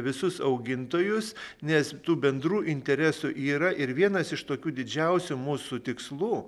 visus augintojus nes tų bendrų interesų yra ir vienas iš tokių didžiausių mūsų tikslų